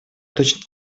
точно